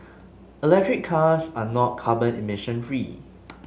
electric cars are not carbon emissions free